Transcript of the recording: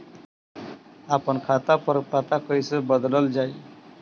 आपन खाता पर पता कईसे बदलल जाई?